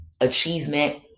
achievement